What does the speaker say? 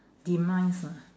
demise ah